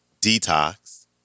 Detox